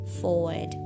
forward